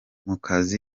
mukiza